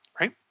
right